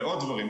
ועוד דברים,